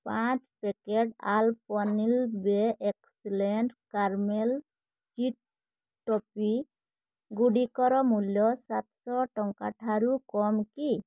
ପାଞ୍ଚ packet Alpenliebe Eclairs caramel chewy ଟଫିଗୁଡ଼ିକର ମୂଲ୍ୟ ସାତ ଟଙ୍କା ଠାରୁ କମ୍ କି